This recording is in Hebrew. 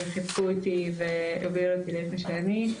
חיבקו אותי והביאו אותי למי שאני.